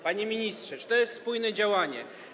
Panie ministrze, czy to jest spójne działanie?